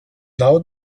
now